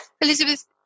Elizabeth